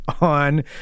on